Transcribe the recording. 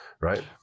Right